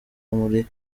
muri